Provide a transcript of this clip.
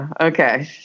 okay